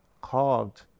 carved